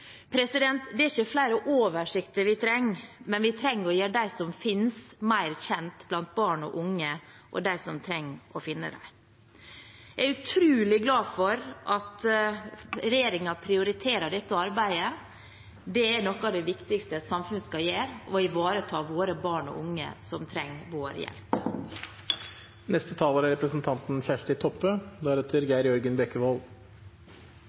Det er ikke flere oversikter vi trenger, men vi trenger å gjøre dem som finnes, mer kjent blant barn og unge og dem som trenger å finne dem. Jeg er utrolig glad for at regjeringen prioriterer dette arbeidet. Det er noe av det viktigste et samfunn skal gjøre: å ivareta våre barn og unge som trenger vår hjelp.